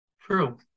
true